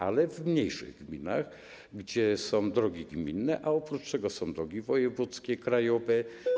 Ale w mniejszych gminach są drogi gminne, a oprócz tego są drogi wojewódzkie, krajowe.